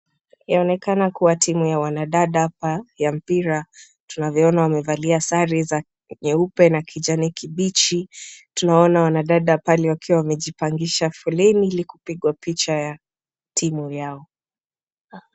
Yaonekana kuwa timu ya wanadada hapa ya mpira. Tunavyoona wamevalia sare za nyeupe na kijani kibichi. Tunaona wanadada pale wakiwa wamejipangisha foleni ili kupigwa picha ya timu yao.